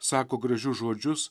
sako gražius žodžius